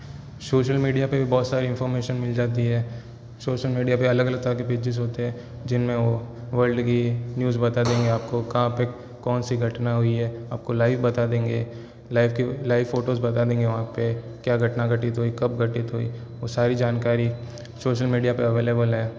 social media पे भी बहुत सारी इंफ़ोर्मेशन मिल जाती है सोशल मीडिया पे अलग अलग तरह के पेजिज़ होते हैं जिनमें वो वर्ल्ड की न्यूज़ बता देंगे आपको कहाँ पे कौन सी घटना हुई है आपको लाइव बता देंगे लाइव की लाइव फोटोज़ बता देंगे वहाँ पे क्या घटना घटित हुई कब घटित हुई वो सारी जानकारी सोशल मीडिया पे अवेलेबल है